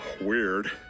weird